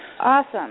Awesome